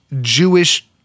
Jewish